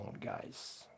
guys